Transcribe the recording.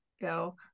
go